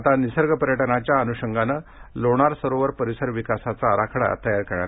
आता निसर्ग पर्यटनाच्या अनूषंगानं लोणार सरोवर परिसर विकासाचा आराखडा तयार करण्यात येणार आहे